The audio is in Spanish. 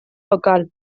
local